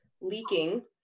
leaking